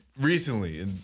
recently